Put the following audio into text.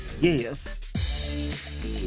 Yes